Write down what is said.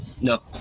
No